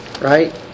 right